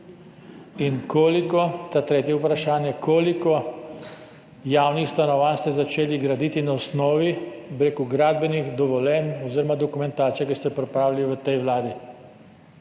te vlade? Ta tretje vprašanje: Koliko javnih stanovanj ste začeli graditi na osnovi gradbenih dovoljenj oziroma dokumentacije, ki ste jo pripravili v tej vladi?